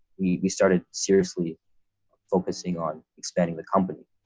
we started seriously focusing on expanding the company.